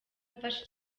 mfashe